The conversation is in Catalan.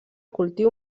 cultiu